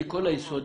אני כל היסודי,